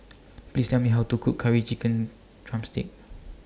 Please Tell Me How to Cook Curry Chicken Drumstick